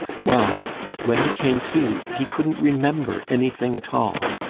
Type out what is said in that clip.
well when he came to he couldn't remember anything at all.